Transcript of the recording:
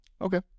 Okay